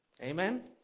Amen